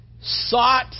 sought